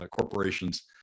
corporation's